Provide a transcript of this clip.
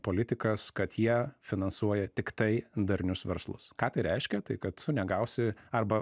politikas kad jie finansuoja tiktai darnius verslus ką tai reiškia tai kad tu negausi arba